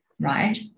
right